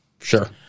Sure